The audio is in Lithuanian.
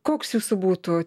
koks jūsų būtų